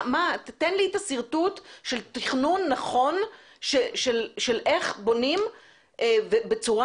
תן לי את השרטוט של תכנון נכון של איך בונים בצורה